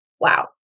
Wow